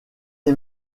est